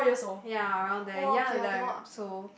ya around there ya there so